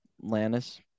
Lannis